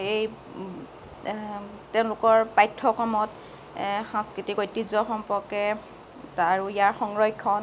এই তেওঁলোকৰ পাঠ্যক্ৰমত সাংস্কৃতিক ঐতিহ্য সম্পৰ্কে তাৰ আৰু ইয়াৰ সংৰক্ষণ